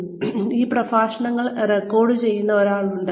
കൂടാതെ ഈ പ്രഭാഷണങ്ങൾ റെക്കോർഡുചെയ്യുന്ന ഒരാളുണ്ട്